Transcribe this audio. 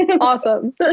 Awesome